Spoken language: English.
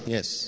Yes